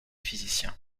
physicien